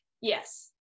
yes